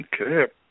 Okay